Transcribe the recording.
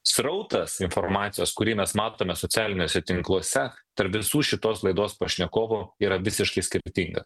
srautas informacijos kurį mes matome socialiniuose tinkluose tarp visų šitos laidos pašnekovų yra visiškai skirtinga